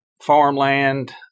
farmland